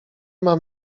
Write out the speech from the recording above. mam